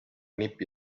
nippi